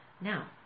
Now